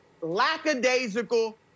lackadaisical